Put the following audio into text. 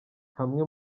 hamwe